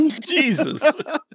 Jesus